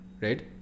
right